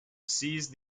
seized